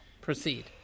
proceed